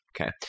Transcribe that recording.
Okay